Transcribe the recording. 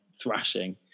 thrashing